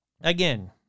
Again